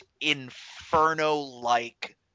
Inferno-like